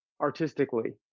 artistically